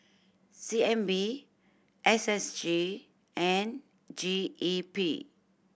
C N B S S G and G E P